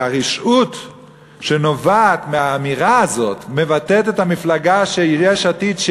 הרשעות שנובעת מהאמירה הזאת מבטאת את המפלגה יש עתיד,